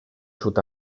sud